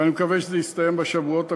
ואני מקווה שזה יסתיים בשבועות הקרובים.